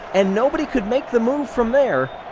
and nobody could make the move from there.